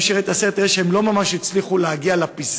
מי שיראה את הסרט יראה שהם לא ממש הצליחו להגיע לפסגה,